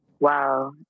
Wow